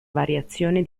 variazione